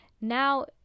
now